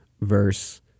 verse